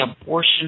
abortion